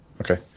Okay